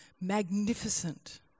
magnificent